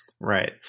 Right